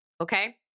Okay